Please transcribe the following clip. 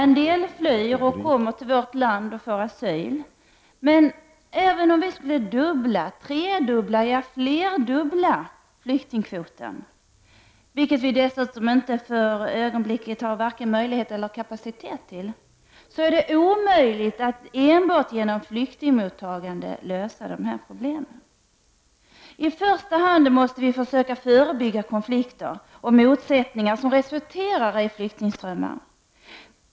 En del flyr till vårt land och får asyl, men även om vi skulle dubbla, tredubbla eller mångdubbla flyktingkvoten, vilket vi dessutom inte har möjlighet och kapacitet för nu, så är det omöjligt att lösa dessa problem enbart genom ökat flyktingmottagande. I första hand måste vi försöka förebygga konflikter och motsättningar som resulterar i flyktingströmmar.